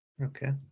Okay